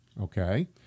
Okay